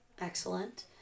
Excellent